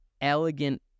elegant